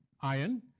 iron